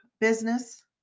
business